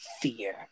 fear